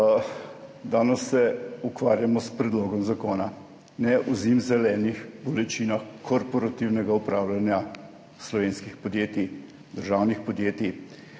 Danes se ukvarjamo s predlogom zakona, ne o zimzelenih bolečinah korporativnega upravljanja slovenskih podjetij, državnih podjetij